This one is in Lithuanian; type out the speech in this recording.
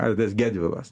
aidas gedvilas